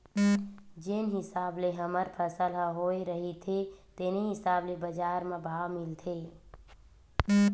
जेन हिसाब ले हमर फसल ह होए रहिथे तेने हिसाब ले बजार म भाव मिलथे